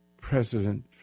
President